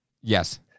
Yes